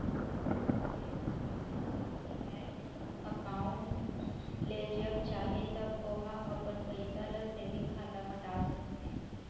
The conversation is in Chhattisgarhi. मनखे ह चाहय त डीमैट अकाउंड ले जब चाहे तब ओहा अपन पइसा ल सेंविग खाता म डाल सकथे